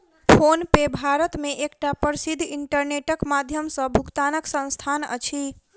PhonePe Bharat मे एकटा प्रसिद्ध इंटरनेटक माध्यम सॅ भुगतानक संस्थान अछि